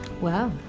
Wow